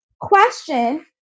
question